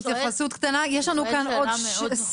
אני מציע